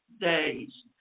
days